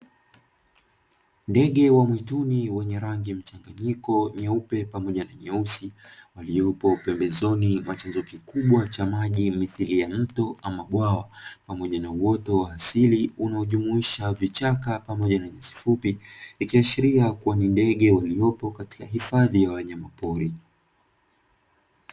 Ndege wa mwituni wenye rangi mchanganyiko nyeupe pamoja na nyeusi, waliopo pembezoni mwa chanzo kikubwa cha maji misiri ya mto ama bwawa pamoja na uoto wa asili unaojumuisha vichaka pamoja na nyasi fupi, ikiashiria kuwa ni ndege waliopo katika hifadhi ya wanyama pori.